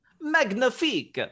Magnifique